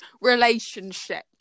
relationship